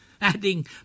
adding